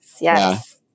Yes